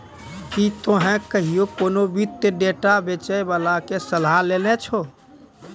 कि तोहें कहियो कोनो वित्तीय डेटा बेचै बाला के सलाह लेने छो?